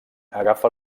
agafa